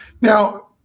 Now